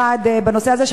בנושא הזה,